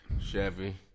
Chevy